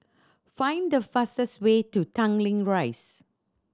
find the fastest way to Tanglin Rise